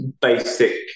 basic